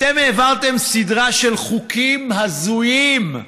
אתם העברתם סדרה של חוקים הזויים: